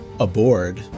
Aboard